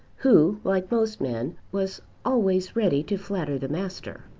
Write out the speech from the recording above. who, like most men, was always ready to flatter the master.